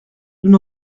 nous